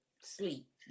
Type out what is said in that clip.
sleep